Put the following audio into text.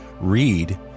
read